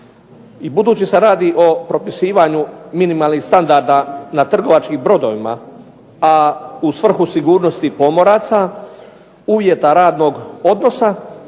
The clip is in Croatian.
budući se radi o propisivanju minimalnih standarda na trgovačkim brodovima, a u svrhu sigurnosti pomoraca, uvjeta radnog odnosa